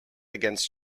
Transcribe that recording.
against